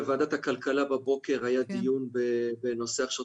בוועדת הכלכלה היה בבוקר דיון בנושא הכשרות